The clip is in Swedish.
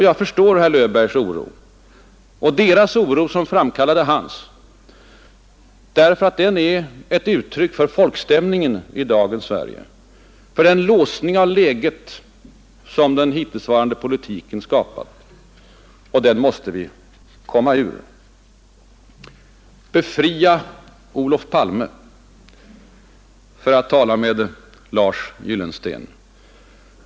Jag förstår herr Löfbergs oro och deras oro som framkallade hans, därför att den är ett uttryck för folkstämningen i dagens Sverige, för den låsning av läget som den hittillsvarande politiken skapat. Den måste vi komma ur. Befria Olof Palme — för att tala med Lars Gyllensten.